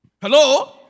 Hello